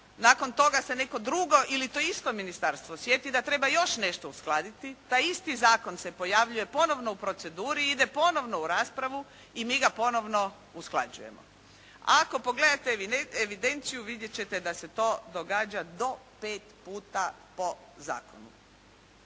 Nakon toga se neko drugo ili to isto ministarstvo sjeti da treba još nešto uskladiti. Taj isti zakon se pojavljuje ponovno u proceduri i ide ponovno u raspravu i mi ga ponovno usklađujemo. Ako pogledate evidenciju vidjet ćete da se to događa do pet puta po zakonu.